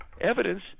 evidence